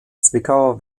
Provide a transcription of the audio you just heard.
zwickauer